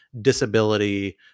disability